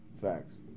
Facts